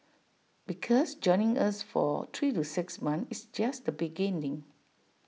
because joining us for three to six months is just the beginning